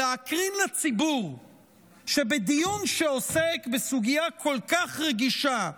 של להקרין לציבור שבדיון שעוסק בסוגיה כל כך רגישה,